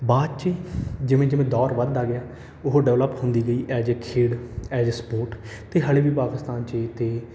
ਬਾਅਦ 'ਚ ਜਿਵੇਂ ਜਿਵੇਂ ਦੌਰ ਵੱਧਦਾ ਗਿਆ ਉਹ ਡਿਵੈਲਪ ਹੁੰਦੀ ਗਈ ਐਜ ਏ ਖੇਡ ਐਜ ਏ ਸਪੋਰਟ ਅਤੇ ਹਾਲੇ ਵੀ ਪਾਕਿਸਤਾਨ 'ਚ ਅਤੇ